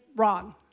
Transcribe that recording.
wrong